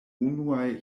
unuaj